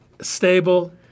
stable